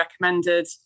recommended